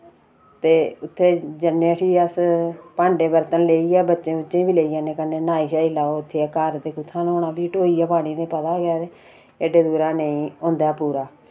ते उत्थे जन्ने उठी अस भांडे बर्तन लेइयै बच्चें बुच्चें वि लेई जन्ने कन्नै नाई शाई लाओ उत्थे घर ते कुत्थे न्हाना फ्ही ढोइयै पानी ते पता गै एड्डे दूरा नेईं होंदा ऐ पूरा